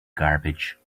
garbage